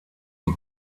die